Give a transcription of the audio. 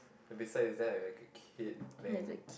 besides there like a kid thing